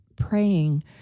praying